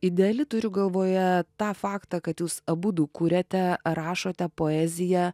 ideali turiu galvoje tą faktą kad jūs abudu kuriate rašote poeziją